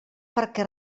perquè